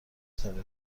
تاریخ